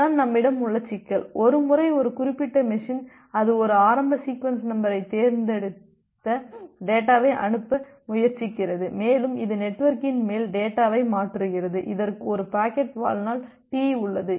இதுதான் நம்மிடம் உள்ள சிக்கல் ஒரு முறை ஒரு குறிப்பிட்ட மெஷின் அது ஒரு ஆரம்ப சீக்வென்ஸ் நம்பரைத் தேர்ந்தெடுத்த டேட்டாவை அனுப்ப முயற்சிக்கிறது மேலும் இது நெட்வொர்க்கின் மேல் டேட்டாவை மாற்றுகிறது இதற்கு ஒரு பாக்கெட் வாழ்நாள் டி உள்ளது